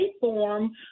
form